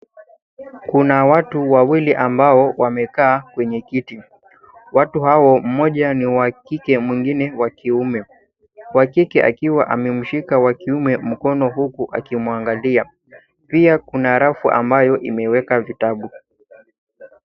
Kuna watu wawili ambao wamekaa kwenye kiti. Watu hao mmoja ni wa kike mwingine wa kiume. Wa kike akiwa amemshika wa kiume mkono huku akimwangalia pia kuna rafu ambayo imeweka vitabu.